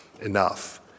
enough